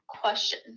question